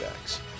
backs